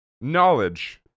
knowledge